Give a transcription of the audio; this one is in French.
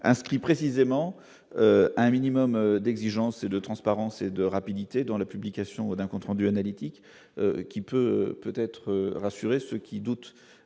inscrit précisément un minimum d'exigences et de transparence et de rapidité dans la publication d'un compte rendu analytique qui peut peut-être rassurer ceux qui doutent